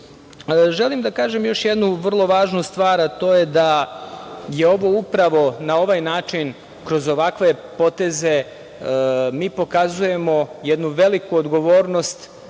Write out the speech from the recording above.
da kažem još jednu vrlo važnu stvar, a to je da upravo na ovaj način, kroz ovakve poteze mi pokazujemo jednu veliku odgovornost